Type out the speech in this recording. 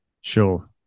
Sure